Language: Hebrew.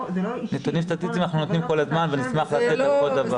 נתונים סטטיסטיים אנחנו נותנים כל הזמן ונשמח לתת בכל דבר.